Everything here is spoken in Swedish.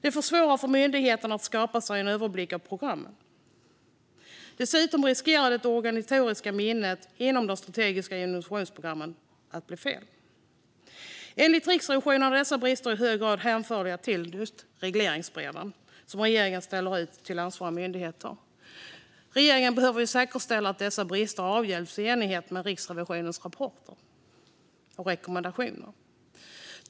Det försvårar för myndigheterna att skapa sig en överblick av programmen. Dessutom riskeras det organisatoriska minnet inom de strategiska innovationsprogrammen. Enligt Riksrevisionen kan dessa brister i hög grad hänföras till de regleringsbrev som regeringen ställer ut till ansvariga myndigheter. Regeringen behöver säkerställa att dessa brister avhjälps i enlighet med Riksrevisionens rekommendationer i rapporten.